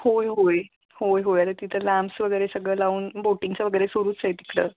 होय होय होय होय आता तिथं लॅम्स वगैरे सगळं लावून बोटिंगचं वगैरे सुरूच आहे तिकडं